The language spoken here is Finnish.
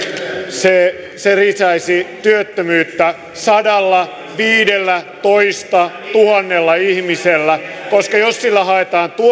se se lisäisi työttömyyttä sadallaviidellätoistatuhannella ihmisellä koska jos sillä haetaan